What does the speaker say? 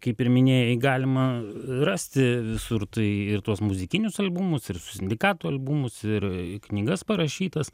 kaip ir minėjai galima rasti visur tai ir tuos muzikinius albumus ir su sindikatu albumus ir knygas parašytas